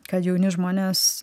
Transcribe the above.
kad jauni žmonės